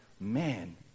Man